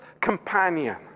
companion